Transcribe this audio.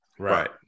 Right